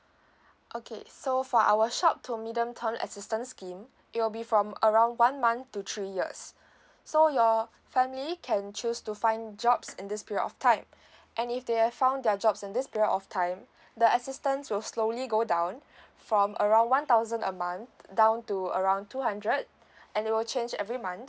okay so for our short to medium term assistance scheme it will be from around one month to three years so your family can choose to find jobs in this period of time and if they have found their jobs in this period of time the assistance will slowly go down from around one thousand a month down to around two hundred and it will change every month